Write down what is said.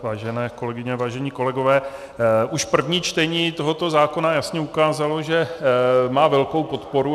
Vážené kolegyně, vážení kolegové, už první čtení tohoto zákona jasně ukázalo, že má velkou podporu.